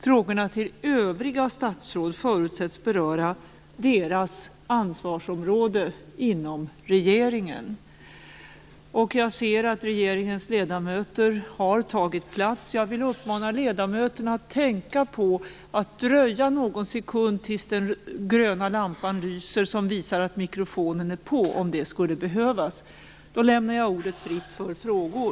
Frågorna till övriga statsråd förutsätts beröra deras ansvarsområden inom regeringen. Jag ser att regeringens ledamöter har tagit plats. Jag vill uppmana ledamöterna att tänka på att dröja någon sekund tills den gröna lampa lyser som visar att mikrofonen är på, om det skulle behövas. Jag lämnar ordet fritt för frågor.